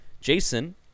Jason